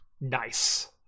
Nice